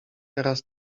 teraz